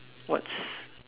what's